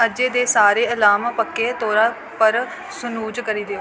अज्जै दे सारे अलार्म पक्के तौरा पर स्नूज़ करी देओ